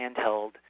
handheld